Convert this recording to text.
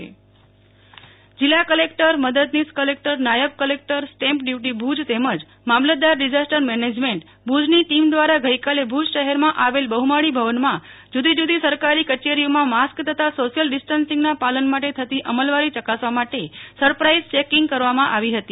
નેહલ ઠકકર જિલ્લા collector checking જિલ્લા collector મદદનીશ કલેકટર નાયબ કલેકટર સ્ટેમ્પ ડયુટી ભુજ તેમજ મામલતદાર ડીઝાસ્ટર મેનેજમેન્ટ ભુજની ટીમ દ્વારા ભુજ શહેરમાં આવેલ બફમાળી ભવનમાં જુદી જુદી સરકારી કચેરીઓમાં માસ્ક તથા સોશિયલ ડીસ્ટન્સીંગના પાલન માટે થતી અમલવારી ચકાસવા માટે સરપ્રાઇઝ ચેકીંગ કરવામાં આવી હતી